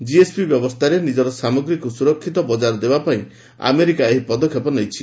GSP ବ୍ୟବସ୍ଥାରେ ନିଜର ସାମଗ୍ରୀକୁ ସୁରକ୍ଷିତ ବଜାର ଦେବା ପାଇଁ ଆମେରିକା ଏହି ପଦକ୍ଷେପ ନେଇଛି